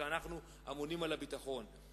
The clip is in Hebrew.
שאנחנו אמונים על הביטחון בהם.